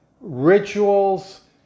rituals